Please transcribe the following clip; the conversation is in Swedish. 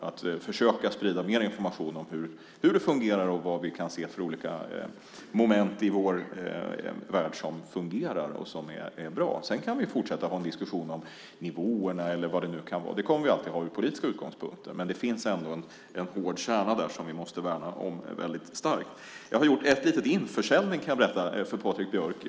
Vi ska försöka sprida mer information om hur det fungerar och vad vi kan se för olika moment i vår värld som fungerar och som är bra. Sedan kan vi fortsätta att ha en diskussion om nivåerna eller vad det nu kan vara. Det kommer vi alltid att ha från politiska utgångspunkter. Men det finns ändå en hård kärna där som vi väldigt starkt måste värna om. Jag har gjort en liten införsäljning, kan jag berätta för Patrik Björck.